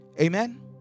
Amen